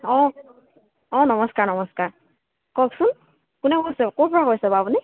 অঁ অঁ নমস্কাৰ নমস্কাৰ কওকচোন কোনে কৈছে ক'ৰপৰা কৈছে বাৰু আপুনি